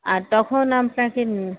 আর তখন আপনাকে